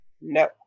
No